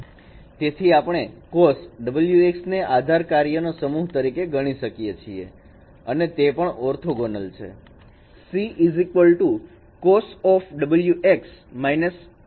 તેથી આપણે cos ને આધાર કાર્યોના સમૂહ તરીકે ગણી શકીએ છીએ અને તે પણ ઓર્થોગોનલ છે